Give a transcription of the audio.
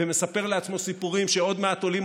ומספר לעצמו סיפורים שעוד מעט עולים